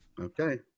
okay